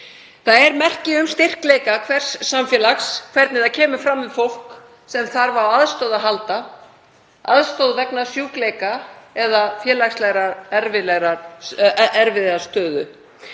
Það er merki um styrkleika hvers samfélags hvernig það kemur fram við fólk sem þarf á aðstoð að halda, aðstoð vegna sjúkleika eða félagslega erfiðrar stöðu.